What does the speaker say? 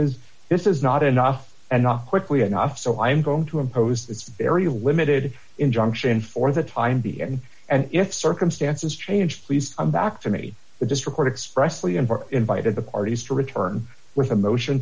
is this is not enough and not quickly enough so i'm going to impose it's very limited injunction for the time be and and if circumstances change please come back to me that just report expressed invited the parties to return with a motion